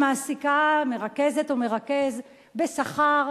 שמעסיקה מרכזת או מרכז בשכר,